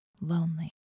Lonely